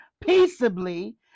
peaceably